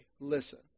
listen